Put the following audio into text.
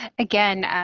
ah again,